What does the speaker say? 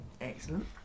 Excellent